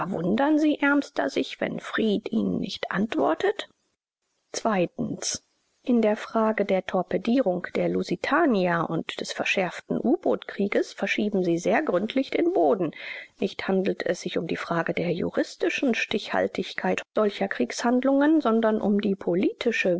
wundern sie ärmster sich wenn fried ihnen nicht antwortet in der frage der torpedierung der lusitania und des verschärften u-bootkrieges verschieben sie sehr gründlich den boden nicht handelt es sich um die frage der juristischen stichhaltigkeit solcher kriegshandlungen sondern um die politische